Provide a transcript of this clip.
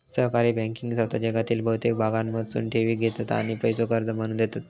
सहकारी बँकिंग संस्था जगातील बहुतेक भागांमधसून ठेवी घेतत आणि पैसो कर्ज म्हणून देतत